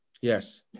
yes